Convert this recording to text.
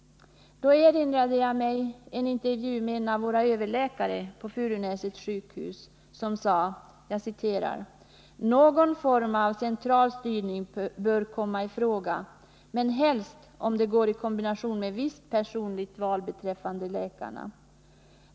Jag erinrade mig då en intervju med en av våra överläkare på Furunäsets sjukhus, som sade: Någon form av central styrning bör komma i fråga, men helst om det går i kombination med visst personligt val beträffande läkarna.